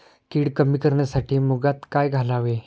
कीड कमी करण्यासाठी मुगात काय घालावे?